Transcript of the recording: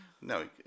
No